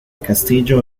castillo